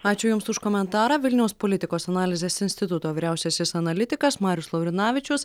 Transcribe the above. ačiū jums už komentarą vilniaus politikos analizės instituto vyriausiasis analitikas marius laurinavičius